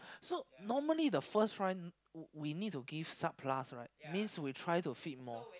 so normally the first one we need to give subclass right means we try to fit more